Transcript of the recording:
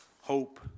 hope